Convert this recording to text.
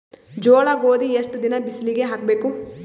ಜೋಳ ಗೋಧಿ ಎಷ್ಟ ದಿನ ಬಿಸಿಲಿಗೆ ಹಾಕ್ಬೇಕು?